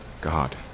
God